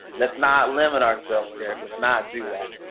let's not limit ourselves, derrick, let's not do that.